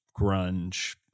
Grunge